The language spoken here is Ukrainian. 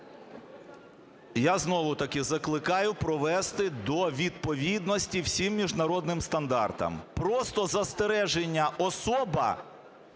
Я знову-таки закликаю привести до відповідності всім міжнародним стандартам. Просто застереження, "особа"